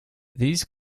these